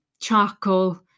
charcoal